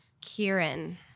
Kieran